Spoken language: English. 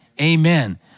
amen